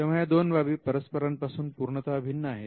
तेव्हा या दोन बाबी परस्परांपासून पूर्णतः भिन्न आहेत